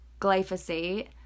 glyphosate